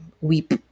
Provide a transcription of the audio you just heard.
weep